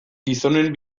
gizonen